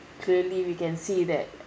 clearly we can see that